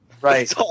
Right